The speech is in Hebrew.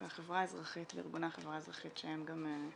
החברה האזרחית וארגוני החברה האזרחית שהם גם,